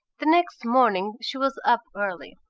the next morning she was up early.